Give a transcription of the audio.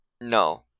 No